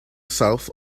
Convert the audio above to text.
south